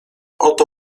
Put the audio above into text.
oto